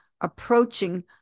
approaching